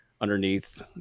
underneath